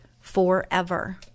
forever